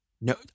no